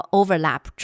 overlap